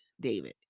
David